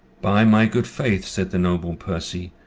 by my good faith said the noble percy,